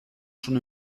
schon